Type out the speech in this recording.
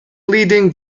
leading